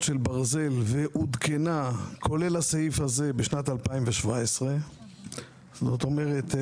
של ברזל ועודכנה כולל הסעיף הזה בשנת 2017. זאת אומרת,